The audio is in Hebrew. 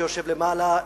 שיושב למעלה,